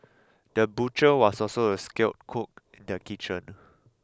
the butcher was also a skilled cook in the kitchen